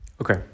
Okay